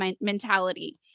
mentality